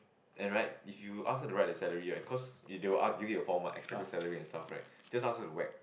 and right if you ask her to write a salary right cause they will argue it a for my expected salary itself right just ask her to whack